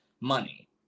money